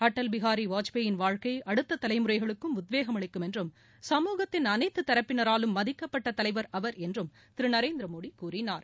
அடல் பிகாரி வாஜ்பாயின் வாழ்க்கை அடுத்த தலைமுறைகளுக்கும் உத்வேகம் அளிக்கும் என்றும் சமூகத்தின் அனைத்து தரப்பினராலும் மதிக்கப்பட்ட தலைவர் அவர் என்றும் திரு நரேந்திர மோடி கூறினார்